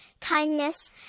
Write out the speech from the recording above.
kindness